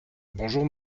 bonjour